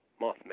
Mothman